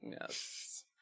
Yes